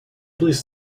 please